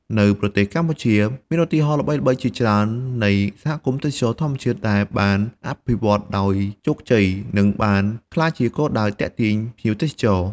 នៅប្រទេសកម្ពុជា មានឧទាហរណ៍ល្បីៗជាច្រើននៃសហគមន៍ទេសចរណ៍ធម្មជាតិដែលបានអភិវឌ្ឍន៍ដោយជោគជ័យ និងបានក្លាយជាគោលដៅទាក់ទាញភ្ញៀវទេសចរ។